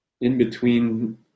in-between